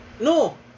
no